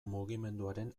mugimenduaren